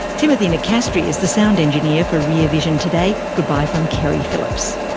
timothy nicastri is the sound engineer for rear vision today. goodbye from keri phillips